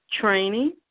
training